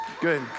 Good